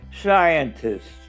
scientists